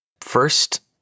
First